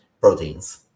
proteins